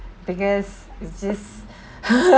because it's just